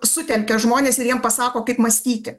sutelkia žmones ir jiem pasako kaip mąstyti